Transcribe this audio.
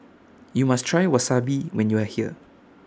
YOU must Try Wasabi when YOU Are here